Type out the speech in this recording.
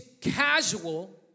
casual